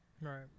Right